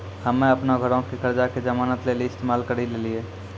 हम्मे अपनो घरो के कर्जा के जमानत लेली इस्तेमाल करि लेलियै